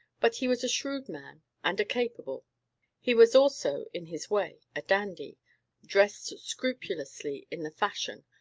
but he was a shrewd man and a capable he was also, in his way, a dandy dressed scrupulously in the fashion,